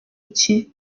iki